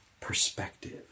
perspective